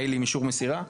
מייל עם אישור מסירה?